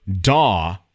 DAW